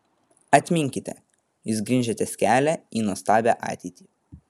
atminkite jūs grindžiatės kelią į nuostabią ateitį